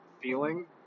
feeling